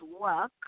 work